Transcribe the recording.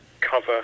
cover